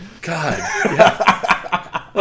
god